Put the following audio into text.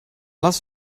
lass